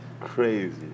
crazy